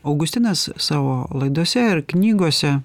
augustinas savo laidose ir knygose